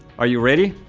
are you ready?